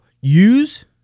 use